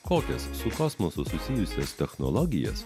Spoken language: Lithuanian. kokias su kosmosu susijusios technologijas